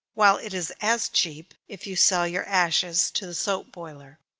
while it is as cheap, if you sell your ashes to the soap-boiler.